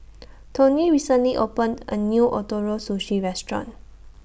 Toney recently opened A New Ootoro Sushi Restaurant